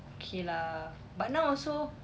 okay lah but now also